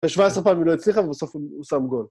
בשבע עשרה פעמים היא לא הצליחה, אבל בסוף הוא שם גול.